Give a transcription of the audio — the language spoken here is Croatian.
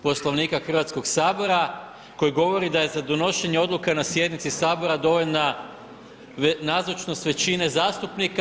Poslovnika Hrvatskog sabora koji govori da je za donošenje odluke na sjednici Sabora dovoljna nazočnost većine zastupnika.